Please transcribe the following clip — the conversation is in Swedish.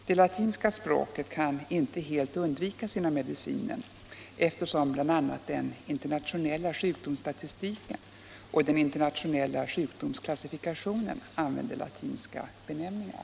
Det latinska språket kan inte helt undvikas inom medicinen, eftersom bl.a. den internationella sjukdomsstatistiken och den internationella sjukdomsklassifikationen använder latinska benämningar.